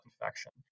infection